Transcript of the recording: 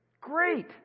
Great